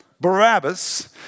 Barabbas